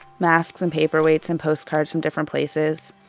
masks and paperweights and postcards from different places.